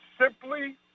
simply